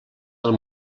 del